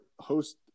host